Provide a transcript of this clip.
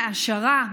מהעשרה,